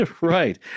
Right